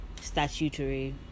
statutory